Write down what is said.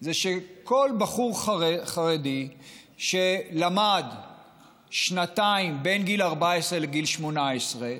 זה שכל בחור חרדי שלמד שנתיים בין גיל 14 לגיל 18,